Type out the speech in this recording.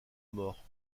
morts